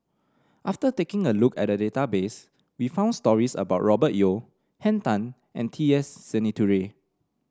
after taking a look at the database we found stories about Robert Yeo Henn Tan and T S Sinnathuray